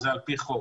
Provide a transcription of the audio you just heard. וזה על-פי חוק.